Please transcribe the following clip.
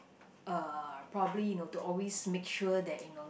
uh probably you know to always make sure that you know